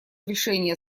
решения